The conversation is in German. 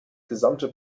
gesamte